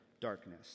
darkness